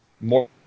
more